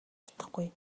чадахгүй